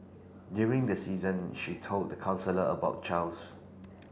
during the season she told the counsellor about Charles